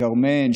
כרמן,